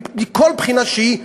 מכל בחינה שהיא,